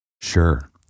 Sure